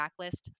backlist